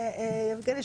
יבגני,